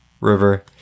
River